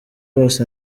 bose